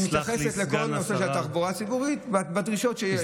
היא מתייחסת לכל נושא התחבורה הציבורית בדרישות שיש.